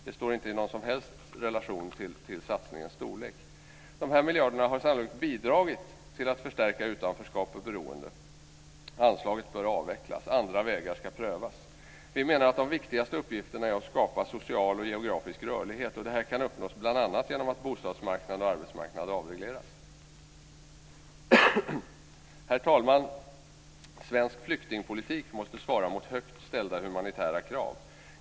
De står inte i någon som helst relation till satsningens storlek. De miljarderna har sannolikt bidragit till att förstärka utanförskap och beroende. Anslaget bör avvecklas. Andra vägar ska prövas. Vi menar att de viktigaste uppgifterna är att skapa social och geografisk rörlighet. Det kan uppnås bl.a. genom att bostadsmarknaden och arbetsmarknaden avregleras. Herr talman! Svensk flyktingpolitik måste svara mot högt ställda humanitära krav.